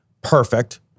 perfect